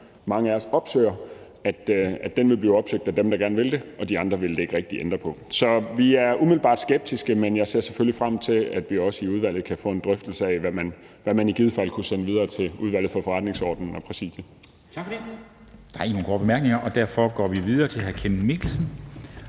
mange af os i forvejen opsøger, vil blive opsøgt af dem, der gerne vil det, og de andre vil det så ikke rigtig ændre noget i forhold til. Så vi er umiddelbart skeptiske, men jeg ser selvfølgelig frem til, at vi også i udvalget kan få en drøftelse af, hvad man i givet fald kunne sende videre til Udvalget for Forretningsordenen og Præsidiet. Kl. 14:15 Formanden (Henrik Dam Kristensen): Tak for det. Der er ikke